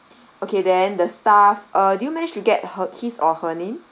okay then the staff uh did you manage to get her his or her name